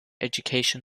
education